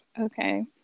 Okay